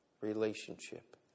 relationship